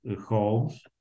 homes